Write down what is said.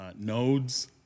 Nodes